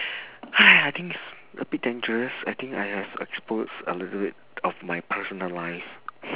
I think it's a bit dangerous I think I have exposed a little bit of my personal life